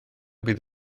bydd